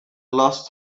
last